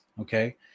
okay